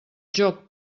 joc